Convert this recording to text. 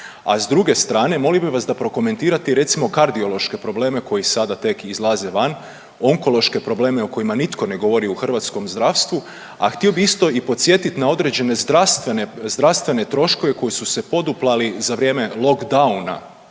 A s druge strane molio bih vas da prokomentirate recimo kardiološke probleme koji sada tek izlaze van, onkološke probleme o kojima nitko ne govori u hrvatskom zdravstvu. A htio bih isto i podsjetiti na određene zdravstvene troškove koji su se poduplali za vrijeme lockdowna,